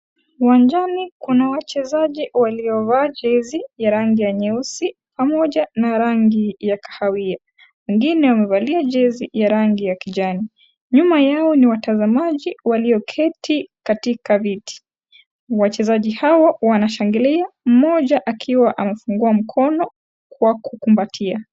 Uwanjani kuna wachezaji waliovaa jazi ya rangi ya nyeusi pamoja na rangi ya kahawia. Wengine wamevaa jezi ya rangi ya kijani, nyuma yao ni watazamaji walioketi katika viti wachezaji hawa wanashangilia mmoja akiwa amefungua mkono kwa kumkumbatia.